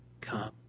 come